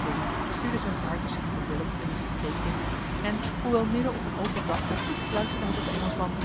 dilly stuurde zijn paard tusschen die van willem en mr stake in en hoewel midden op eene open vlakte fluisterde hij tot den engelschman